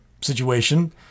situation